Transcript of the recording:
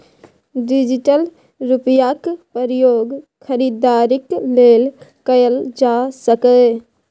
digital रुपैयाक प्रयोग खरीदारीक लेल कएल जा सकैए